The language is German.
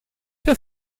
für